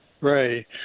Right